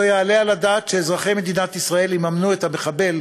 לא יעלה על הדעת שאזרחי מדינת ישראל יממנו את המחבל